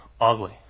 ugly